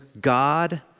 God